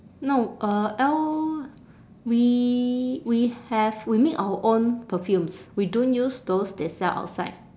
no uh al~ we we have we make our own perfumes we don't use those they sell outside